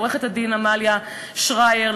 עורכת-הדין עמליה שרייר,